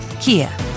Kia